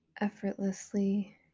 effortlessly